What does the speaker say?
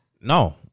no